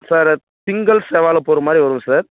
sir திங்கள் செவ்வாயில் போகிற மாதிரி வரும் சார்